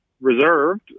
reserved